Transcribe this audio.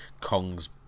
Kong's